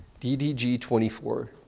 DDG-24